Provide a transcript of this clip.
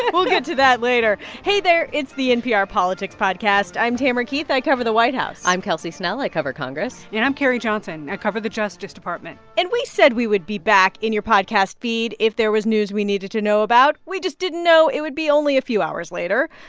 we'll get to that later. hey there. it's the npr politics podcast. i'm tamara keith. i cover the white house i'm kelsey snell. i cover congress and i'm carrie johnson. i cover the justice department and we said we would be back in your podcast feed if there was news we needed to know about. we just didn't know it would be only a few hours later.